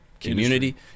community